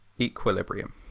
equilibrium